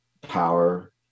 power